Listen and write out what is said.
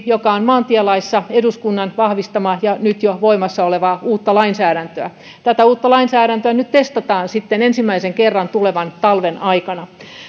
joka on maantielaissa eduskunnan vahvistama ja nyt jo voimassa olevaa uutta lainsäädäntöä tätä uutta lainsäädäntöä nyt testataan sitten ensimmäisen kerran tulevan talven aikana